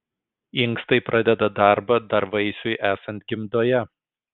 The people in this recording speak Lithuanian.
inkstai pradeda darbą dar vaisiui esant gimdoje